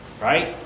Right